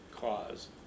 cause